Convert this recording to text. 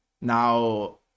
now